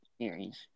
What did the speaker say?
series